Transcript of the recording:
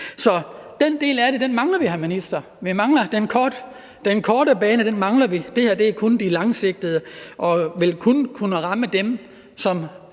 Så den del af det mangler vi, hr. minister. Vi mangler den korte bane – det her er kun det langsigtede og vil kun kunne ramme dem, som